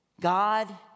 God